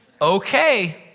okay